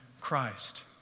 Christ